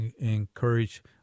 encourage